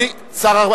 שר העבודה.